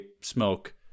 smoke